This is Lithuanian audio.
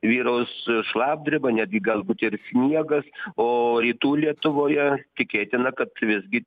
vyraus šlapdriba netgi galbūt ir sniegas o rytų lietuvoje tikėtina kad visgi